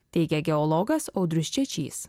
teigia geologas audrius čečys